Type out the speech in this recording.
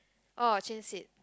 oh change seat